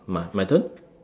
my my turn